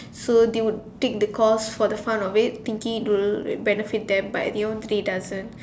so they would take the course for the fun of it thinking it will benefit them but at the end of the day it doesn't